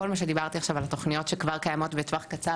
כל מה שדיברתי עכשיו על התוכניות שכבר קיימות בטווח קצר,